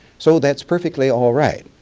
so that's perfectly alright.